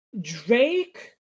Drake